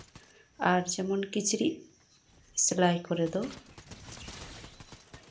ᱟᱨ ᱡᱮᱢᱚᱱ ᱠᱤᱪᱨᱤᱡ ᱥᱮᱞᱟᱭ ᱠᱚᱨᱮ ᱫᱚ